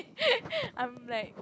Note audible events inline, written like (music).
(laughs) I'm like